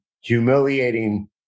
humiliating